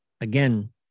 again